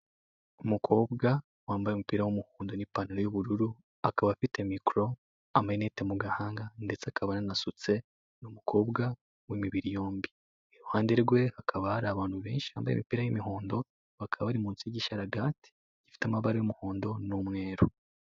Umukobwa wambaye umupira w'umuhondo n'ipantaro y'ubururu, akaba afite mikoro, amerinete mu gahanga ndetse akaba ananasutse, ni umukobwa w'imibiri yombi, iruhande rwe hakaba hari abantu benshi bambaye imipira y'umuhondo, bakaba bari munsi y'igisharagati gifite amabara y'umuhondo n'umweru.